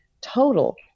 total